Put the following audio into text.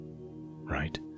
right